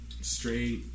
straight